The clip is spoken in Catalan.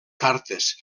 cartes